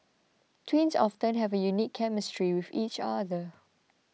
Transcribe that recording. twins often have a unique chemistry with each other